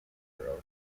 burrow